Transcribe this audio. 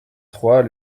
trois